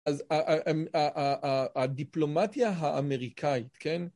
אז הדיפלומטיה האמריקאית, כן?